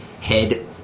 head